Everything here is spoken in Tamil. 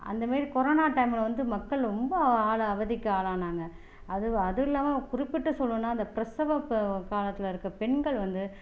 அந்த மாதிரி கொரோனா டைமில் வந்து மக்கள் ரொம்ப ஆளு அவதிக்கு ஆளானாங்க அது அது இல்லாமல் குறிப்பிட்டு சொல்லனும்னா அந்த பிரசவ காலத்தில் இருக்கிற பெண்கள் வந்து